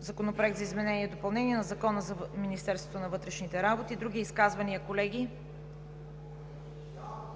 Законопроекта за изменение и допълнение на Закона за Министерството на вътрешните работи. Други изказвания, колеги?